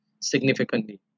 significantly